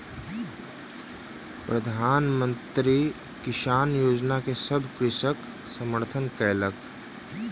प्रधान मंत्री किसान योजना के सभ कृषक समर्थन कयलक